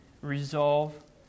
resolve